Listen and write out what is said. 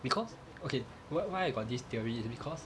because okay what why I got this theory is because